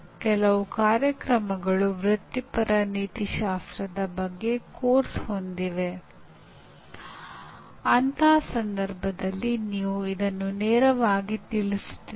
ವಿನ್ಯಾಸಗೊಳಿಸಲಾದ ವಿವಿಧ ಪರೀಕ್ಷೆಗಳಲ್ಲಿ ಅವನು ಎಷ್ಟು ಚೆನ್ನಾಗಿ ಪ್ರದರ್ಶನ ನೀಡಿದ್ದಾನೆ ಎಂಬುದರ ಮೇಲೆ ಅದು ಅವಲಂಬಿತವಾಗಿರುತ್ತದೆ